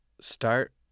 Start